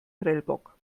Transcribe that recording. prellbock